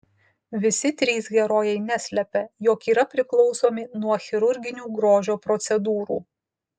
visi trys herojai neslepia jog yra priklausomi nuo chirurginių grožio procedūrų